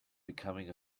becoming